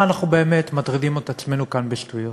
מה אנחנו באמת מטרידים את עצמנו כאן בשטויות?